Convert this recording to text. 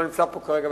שלא נמצא פה כרגע.